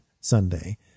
Sunday